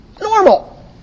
normal